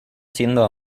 siendo